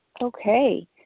Okay